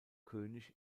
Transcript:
könig